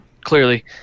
clearly